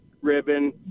ribbon